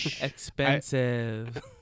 Expensive